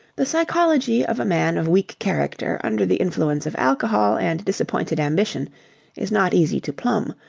the psychology of a man of weak character under the influence of alcohol and disappointed ambition is not easy to plumb,